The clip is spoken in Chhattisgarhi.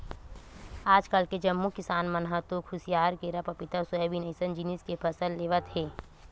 आजकाल के जम्मो किसान मन ह तो खुसियार, केरा, पपिता, सोयाबीन अइसन जिनिस के फसल लेवत हे